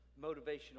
motivational